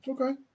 Okay